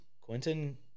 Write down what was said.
Quentin